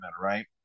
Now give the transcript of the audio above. Right